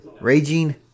Raging